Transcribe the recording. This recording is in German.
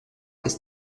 ist